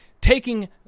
taking